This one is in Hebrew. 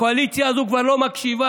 הקואליציה הזאת כבר לא מקשיבה.